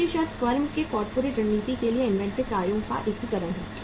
दूसरी शर्त फर्म के कॉर्पोरेट रणनीति के लिए इन्वेंट्री कार्यों का एकीकरण है